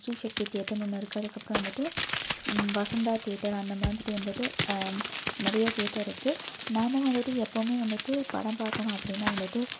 ஸ்ரீசக்தி தேட்டர்னு ஒன்று இருக்குது அதுக்கப்புறம் வந்துட்டு வசந்தா தேட்டர் அந்தமாதிரி வந்துட்டு நிறைய தேட்டர் இருக்குது நாமும் வந்துட்டு எப்பவுமே வந்துட்டு படம் பார்க்கணும் அப்படின்னா வந்துட்டு